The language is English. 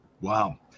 Wow